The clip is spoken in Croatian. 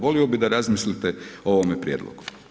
Volio bi da razmislite o ovome prijedlogu.